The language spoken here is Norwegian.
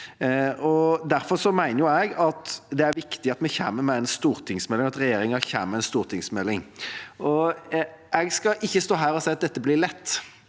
Derfor mener jeg det er viktig at regjeringa kommer med en stortingsmelding. Jeg skal ikke stå her og si at dette blir lett,